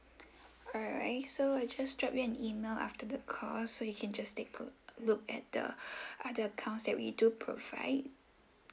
alright so I'll just drop you an email after the call so you can just take a look at the other accounts that we do provide